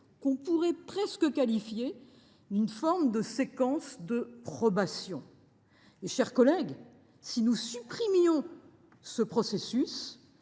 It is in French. l’on pourrait presque qualifier de séquence de probation. Mes chers collègues, si nous supprimions ce processus,